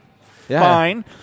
fine